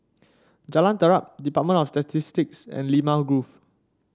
Jalan Terap Department of Statistics and Limau Grove